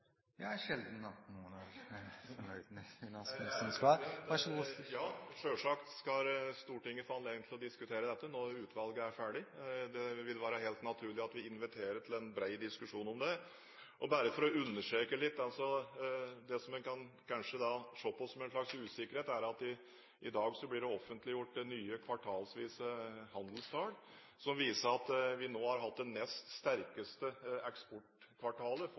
Ja, selvsagt skal Stortinget få anledning til å diskutere dette når utvalget er ferdig. Det ville være helt naturlig at vi inviterer til en bred diskusjon om det. For å understreke litt det som en kanskje kan se på som en slags usikkerhet: I dag blir det offentliggjort nye kvartalsvise handelstall, som viser at vi nå har hatt det nest sterkeste eksportkvartalet